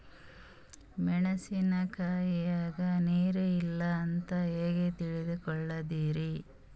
ಮೆಣಸಿನಕಾಯಗ ನೀರ್ ಇಲ್ಲ ಅಂತ ಹೆಂಗ್ ತಿಳಕೋಳದರಿ?